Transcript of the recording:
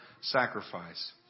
sacrifice